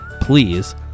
Please